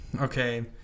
Okay